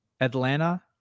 Atlanta